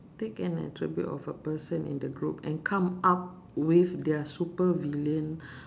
take an attribute of a person in the group and come up with their super villain